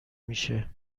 میشه